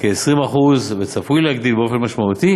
בכ-20% וצפוי להגדיל באופן משמעותי